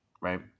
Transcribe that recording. right